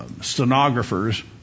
stenographers